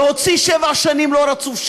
להוציא שבע שנים שלנו, לא רצוף.